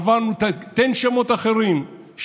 אמרנו: תן שמות אחרים.